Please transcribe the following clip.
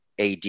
AD